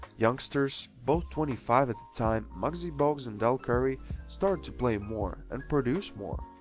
youngsters both twenty five at the time muggsy bogues and dell curry started to play more and produce more.